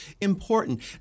important